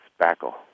spackle